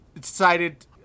decided